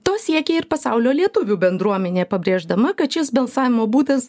to siekia ir pasaulio lietuvių bendruomenė pabrėždama kad šis balsavimo būdas